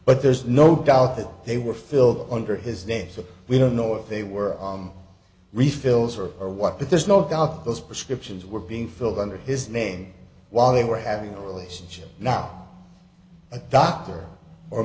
but there's no doubt that they were filled under his name so we don't know if they were on refills or or what but there's no doubt those prescriptions were being filled under his name while they were having a relationship now a doctor or a